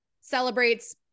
celebrates